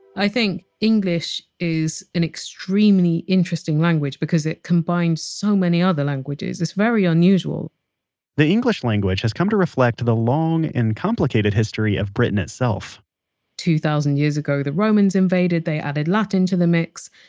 i think english is an extremely interesting language because it combines so many other languages. it's very unusual the english language has come to reflect the long and complicated history of britain itself two thousand years ago, the romans invaded, they added latin to the mix.